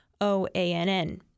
OANN